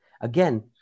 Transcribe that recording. Again